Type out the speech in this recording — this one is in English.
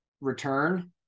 return